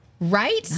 Right